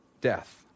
death